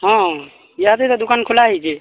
ହଁ ଇଆଦେ ଦୋକାନ୍ ଖୋଲା ହେଇଛେ